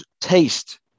taste